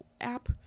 app